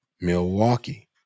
Milwaukee